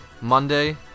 Monday